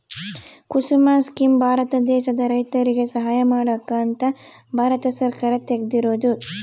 ಕುಸುಮ scheme Bharat ದೇಶದ ರೈತರಿಗೆ ಸಹಾಯ ಮಾಡಕ ಅಂತ ಭಾರತ ಸರ್ಕಾರ ತೆಗ್ದಿರೊದು